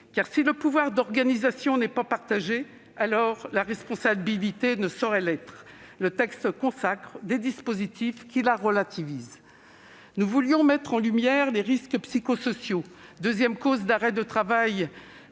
car, si le pouvoir d'organisation n'est pas partagé, alors la responsabilité ne saurait l'être ; or le texte consacre des dispositifs qui la relativisent. Nous voulions mettre en lumière les risques psychosociaux, deuxième cause d'arrêts de travail